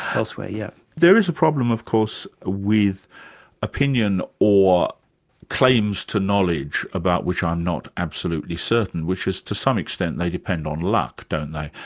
elsewhere, yes. there is a problem of course with opinion or claims to knowledge about which i'm not absolutely certain, which to some extent may depend on luck, don't they?